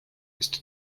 ist